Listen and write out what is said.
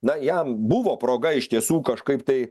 na jam buvo proga iš tiesų kažkaip tai